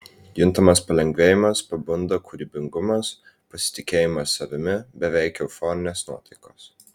juntamas palengvėjimas pabunda kūrybingumas pasitikėjimas savimi beveik euforinės nuotaikos